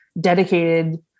dedicated